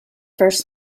first